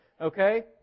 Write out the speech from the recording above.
Okay